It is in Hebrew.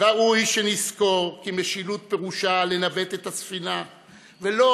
ראוי שנזכור כי משילות פירושה לנווט את הספינה ולא